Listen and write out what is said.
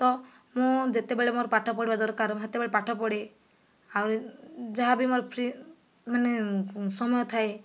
ତ ମୁଁ ଯେତେବେଳେ ମୋର ପାଠପଢ଼ିବା ଦରକାର ସେତେବେଳେ ପାଠପଢ଼େ ଆହୁରି ଯାହା ବି ମୋର ଫ୍ରି ମାନେ ସମୟ ଥାଏ